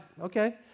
okay